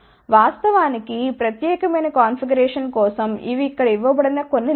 వాస్తవానికి ఈ ప్రత్యేకమైన కాన్ఫిగరేషన్ కోసం ఇవి ఇక్కడ ఇవ్వబడిన కొన్ని లక్షణాలు